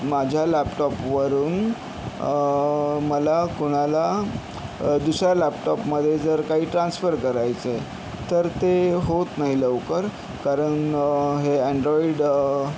माझ्या लॅपटॉपवरून मला कोणाला दुसऱ्या लॅपटॉपमधे जर काही ट्रान्सफर करायचं आहे तर ते होत नाही लवकर कारण हे अँन्ड्रॉईड